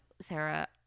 Sarah